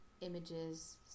images